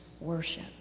worship